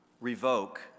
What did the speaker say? revoke